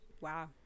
Wow